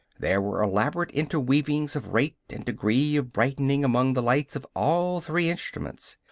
there were elaborate interweavings of rate and degree of brightening among the lights of all three instruments.